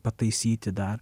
pataisyti dar